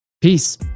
Peace